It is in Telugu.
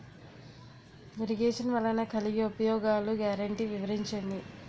ఇరగేషన్ వలన కలిగే ఉపయోగాలు గ్యారంటీ వివరించండి?